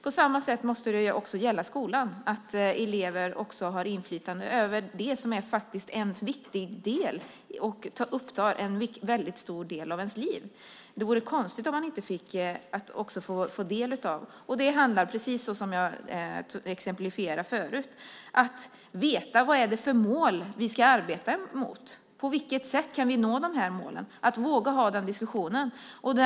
På samma sätt måste det också gälla skolan, att elever har inflytande över det som faktiskt är viktigt och upptar en väldigt stor del av ens liv. Det vore konstigt om man inte också fick del av det. Det handlar om, precis som jag exemplifierade förut, att veta vad det är för mål vi ska arbeta mot. På vilket sätt kan vi nå de här målen? Vi måste våga föra den diskussionen.